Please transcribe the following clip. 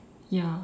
ya